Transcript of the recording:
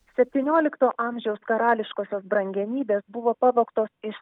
septyniolikto amžiaus karališkosios brangenybės buvo pavogtos iš